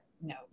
No